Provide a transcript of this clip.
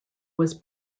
was